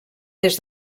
des